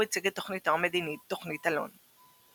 הציג את תוכניתו המדינית - תוכנית אלון.